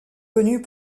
connue